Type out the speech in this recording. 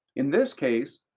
in this case,